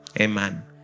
Amen